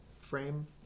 frame